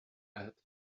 add